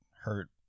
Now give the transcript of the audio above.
hurt